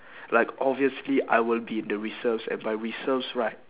like obviously I will be the reserves and by reserves right